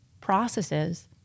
processes